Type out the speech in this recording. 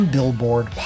Billboard